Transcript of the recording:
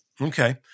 Okay